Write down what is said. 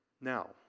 now